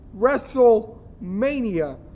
Wrestlemania